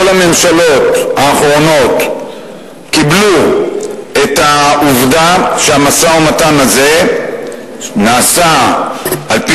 כל הממשלות האחרונות קיבלו את העובדה שהמשא-ומתן הזה נעשה על-פי